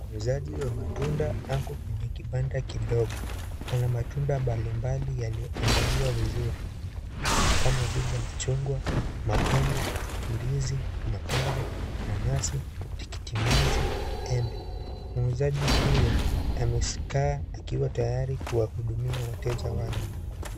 Muuzaji wa matunda ako kwenye kibanda kidogo, ana matunda mbalimbali yalioandaliwa vizuri kama vile machungwa, maembe , ndizi, mapera, nanasi, tikitimaji, embe. Muuzaji huyo amekaa akiwa tayari kuwahudumia wateja wake.